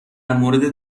مورد